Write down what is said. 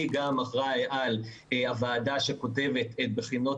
אני גם אחראי על הוועדה שכותבת את בחינות